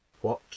what